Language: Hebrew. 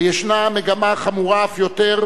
וישנה מגמה חמורה אף יותר,